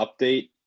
update